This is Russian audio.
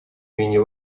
менее